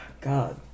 god